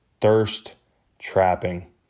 thirst-trapping